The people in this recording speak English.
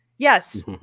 Yes